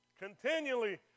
Continually